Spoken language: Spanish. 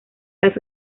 las